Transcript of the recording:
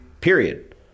Period